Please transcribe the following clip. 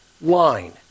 line